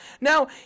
Now